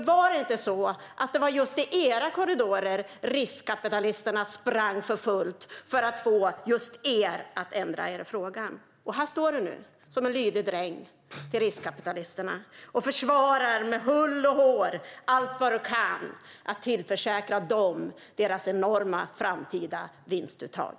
Var det inte just i era korridorer riskkapitalisterna sprang för fullt för att få er att ändra er i denna fråga? Och nu står du här som en lydig dräng åt riskkapitalisterna och försvarar dem med hull och hår för att tillförsäkra dem deras enorma framtida vinstuttag.